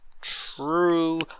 True